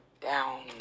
down